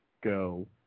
go